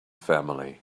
family